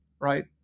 right